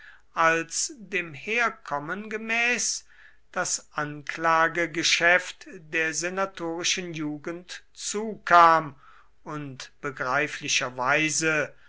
als dem herkommen gemäß das anklagegeschäft der senatorischen jugend zukam und begreiflicherweise